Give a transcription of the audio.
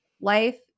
life